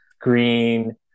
green